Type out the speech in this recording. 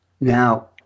Now